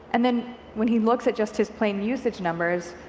and then when he looks at just his plain usage numbers,